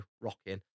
rocking